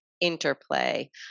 interplay